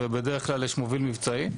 ובדרך כלל יש מוביל מבצעי,